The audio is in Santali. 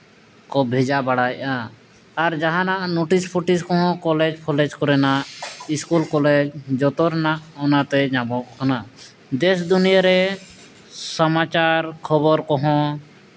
ᱠᱚ ᱵᱷᱮᱡᱟ ᱵᱟᱲᱟᱭᱮᱜᱼᱟ ᱟᱨ ᱡᱟᱦᱟᱱᱟᱜ ᱱᱳᱴᱤᱥ ᱯᱷᱳᱴᱤᱥ ᱠᱚᱦᱚᱸ ᱠᱚᱞᱮᱡᱽ ᱯᱷᱚᱞᱮᱡᱽ ᱠᱚᱨᱮᱱᱟᱜ ᱥᱠᱩᱞ ᱠᱚᱞᱮᱡᱽ ᱡᱷᱚᱛᱚ ᱨᱮᱱᱟᱜ ᱚᱱᱟᱛᱮ ᱧᱟᱢᱚᱜ ᱠᱟᱱᱟ ᱫᱮᱥ ᱫᱩᱱᱤᱭᱟᱹ ᱨᱮ ᱥᱚᱢᱟᱪᱟᱨ ᱠᱷᱚᱵᱚᱨ ᱠᱚᱦᱚᱸ